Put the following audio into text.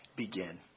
begin